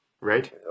Right